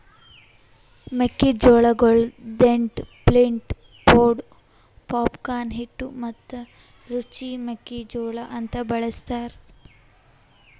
ಮೆಕ್ಕಿ ಜೋಳಗೊಳ್ dent, flint, pod, popcorn, ಹಿಟ್ಟು ಮತ್ತ ರುಚಿ ಮೆಕ್ಕಿ ಜೋಳ ಅಂತ್ ಬಳ್ಸತಾರ್